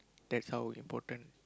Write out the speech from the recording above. that's how we important